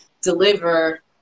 deliver